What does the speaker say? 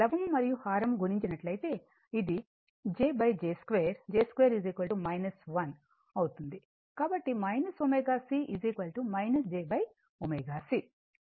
లవం మరియు హారం గుణించినట్లయితే అది jj 2 j 2 1 అవుతుంది కాబట్టి ω C j ω C